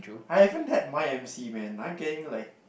I haven't had mine M_C man I'm getting like